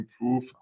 improve